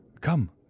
Come